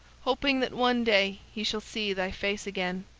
hoping that one day he shall see thy face again.